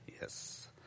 Yes